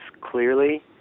clearly